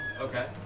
Okay